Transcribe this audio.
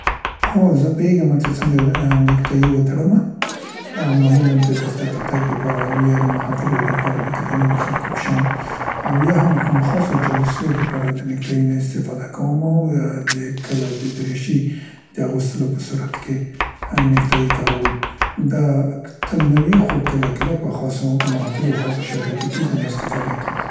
هو زه پوهیګمه څې څنګه نیکتایي وتړمه، معمولاً د دفتر ته تګ د پاره یا د محافلو د پاره لکه د نورو خلکو په شان او یا هم کوم خاصو جلسو دپاره د نیکتايي نه استفاده کومه او دې کله د دریشي د اغوستلو په صورت کې نیکتايي کاروو. دا ک تل نه وي خو کله کله په خاصو محافلو، خاصو شرایطو کې ځینې استفاده کیګي.